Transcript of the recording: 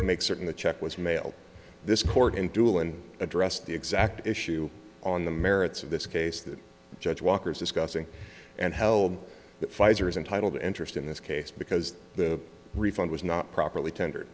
make certain the check was mailed this court and doolan addressed the exact issue on the merits of this case that judge walker's discussing and held that pfizer is entitled to interest in this case because the refund was not properly tendered